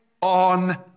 on